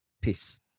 peace